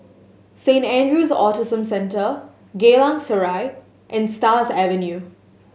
Saint Andrew's Autism Centre Geylang Serai and Stars Avenue